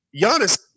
Giannis